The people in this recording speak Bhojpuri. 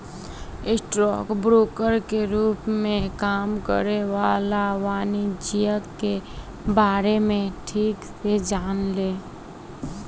स्टॉक ब्रोकर के रूप में काम करे वाला वाणिज्यिक के बारे में ठीक से जाने ले